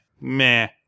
meh